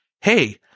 hey